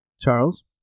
Charles